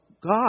God